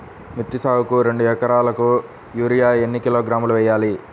మిర్చి సాగుకు రెండు ఏకరాలకు యూరియా ఏన్ని కిలోగ్రాములు వేయాలి?